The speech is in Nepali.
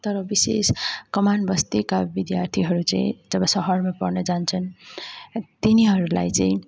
तर विशेष कमान बस्तीका विद्यार्थीहरू चै जब सहरमा पढ्न जान्छन् तिनीहरूलाई चाहिँ